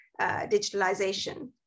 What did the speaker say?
digitalization